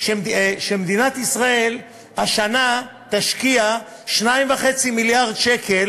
ומדינת ישראל השנה תשקיע 2.5 מיליארדי שקל